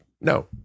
no